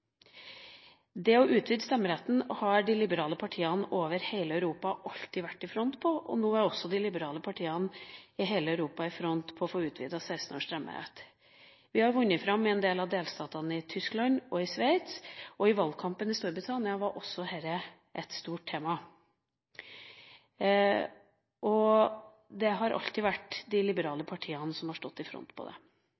det gjelder det å utvide stemmeretten, har de liberale partiene over hele Europa alltid vært i front, og nå er også de liberale partiene i hele Europa i front når det gjelder å få en utvidelse til 16-års stemmerett. Vi har vunnet fram i en del av delstatene i Tyskland og i Sveits, og i valgkampen i Storbritannia var også dette et stort tema. Det har alltid vært de liberale